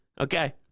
Okay